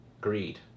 greed